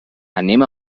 anem